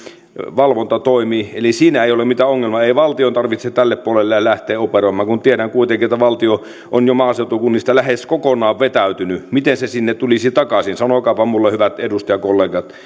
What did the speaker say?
valvonta toimii eli siinä ei ole mitään ongelmaa ei valtion tarvitse tälle puolelle lähteä operoimaan kun tiedän kuitenkin että valtio on jo maaseutukunnista lähes kokonaan vetäytynyt miten se sinne tulisi takaisin sanokaapa minulle hyvät edustajakollegat